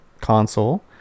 console